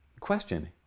Question